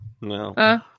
no